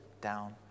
down